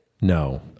No